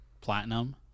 Platinum